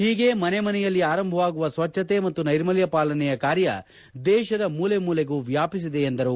ಹೀಗೆ ಮನೆ ಮನೆಯಲ್ಲಿ ಆರಂಭವಾಗುವ ಸ್ವಜ್ಣತೆ ಮತ್ತು ನೈರ್ಮಲ್ಡ ಪಾಲನೆಯ ಕಾರ್ಯ ದೇಶದ ಮೂಲೆ ಮೂಲೆಗೂ ವ್ಯಾಪಿಸಿದೆ ಎಂದರು